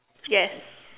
yes